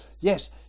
Yes